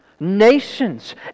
Nations